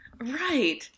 Right